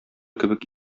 кебек